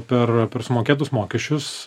per a per sumokėtus mokesčius